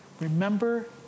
remember